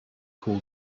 call